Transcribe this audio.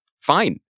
Fine